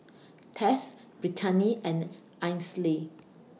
Tess Brittani and Ainsley